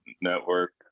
network